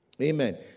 Amen